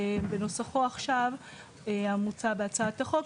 בנוסחו עכשיו המוצע בהצעת החוק,